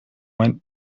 went